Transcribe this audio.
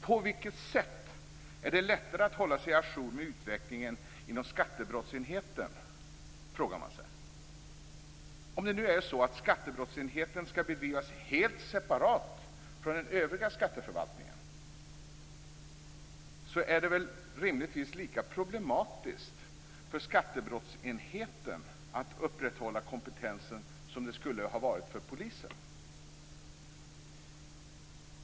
På vilket sätt är det lättare att hålla sig à jour med utvecklingen inom skattebrottsenheten, frågar man sig. Om det nu är så att skattebrottsenheten skall bedrivas helt separat från den övriga skatteförvaltningens verksamhet, blir det väl rimligtvis lika problematiskt för skattebrottsenheten att upprätthålla kompetensen som det skulle ha varit för polisen.